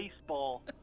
baseball